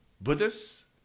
Buddhists